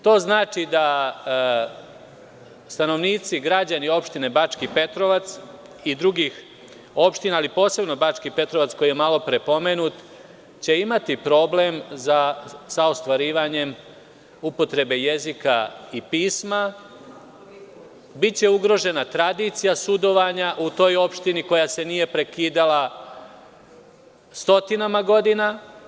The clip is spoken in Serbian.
To znači da stanovnici, građani opštine Bački Petrovac, i drugih opština, ali posebno Bački Petrovac koji je malopre pomenut, će imati problem sa ostvarivanjem upotrebe jezika i pisma, biće ugrožena tradicija sudovanja u toj opštini koja se nije prekidala stotinama godina.